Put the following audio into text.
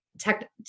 tech